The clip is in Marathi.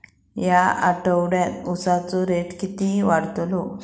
या आठवड्याक उसाचो रेट किती वाढतलो?